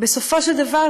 בסופו של דבר,